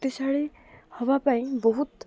ପ୍ରତିଶାଳୀ ହବା ପାଇଁ ବହୁତ